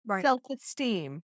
self-esteem